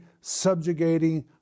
subjugating